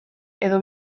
edo